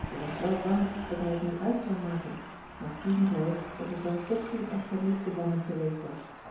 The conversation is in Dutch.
ze was wel bang dat hij het nu uit zou maken maar pien zei dat het dan toch geen echte liefde van hem geweest was